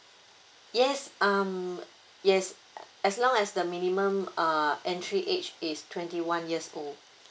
yes um yes as long as the minimum uh entry age is twenty one years old